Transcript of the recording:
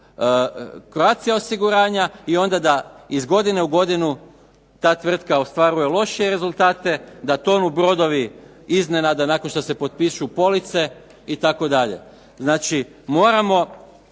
"Croatia osiguranja" i onda da iz godine u godinu ta tvrtka ostvaruje lošije rezultate, da tonu brodovi iznenada nakon što se potpišu police itd., znači moramo